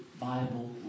Bible